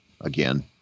again